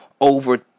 over